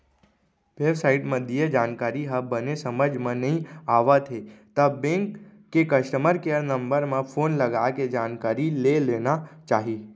babe site म दिये जानकारी ह बने समझ म नइ आवत हे त बेंक के कस्टमर केयर नंबर म फोन लगाके जानकारी ले लेना चाही